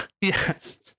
yes